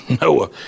Noah